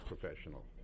professional